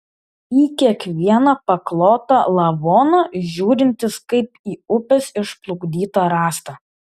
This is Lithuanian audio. į kiekvieną paklotą lavoną žiūrintis kaip į upės išplukdytą rąstą